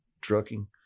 trucking